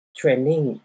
training